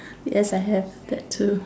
yes I have that too